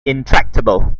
intractable